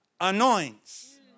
anoints